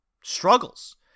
struggles